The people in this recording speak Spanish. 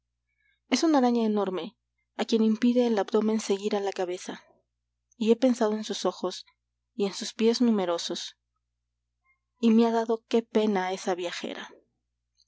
es una araña enorme a quien impide el abdomen seguir a la cabeza y he pensado en sus ojos y en sus pies numerosos y me ha dado qué pena esa viajera